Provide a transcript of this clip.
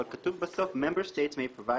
אבל כתוב בסוף: Member States may provide